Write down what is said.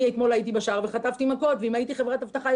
אני אתמול הייתי בשער וחטפתי מכות ואם הייתי חברת אבטחה,